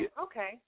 Okay